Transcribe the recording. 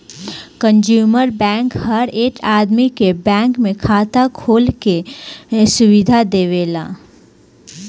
consumer bank हर एक आदमी के बैंक में खाता खोले के सुविधा देवेला